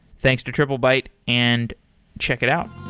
thanks to triplebyte, and check it out.